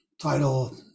title